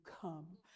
come